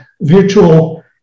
virtual